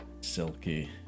silky